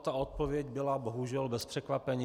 Ta odpověď byla bohužel bez překvapení.